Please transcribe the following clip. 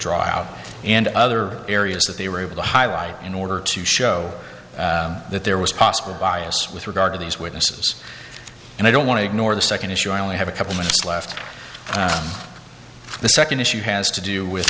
out and other areas that they were able to highlight in order to show that there was possible bias with regard to these witnesses and i don't want to ignore the second issue i only have a couple minutes left on the second issue has to do with